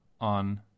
on